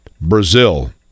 Brazil